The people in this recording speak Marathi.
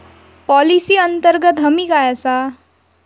पॉलिसी अंतर्गत हमी काय आसा?